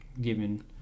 given